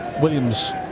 Williams